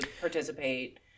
participate